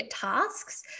tasks